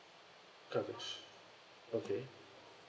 coverage okay